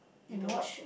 you don't what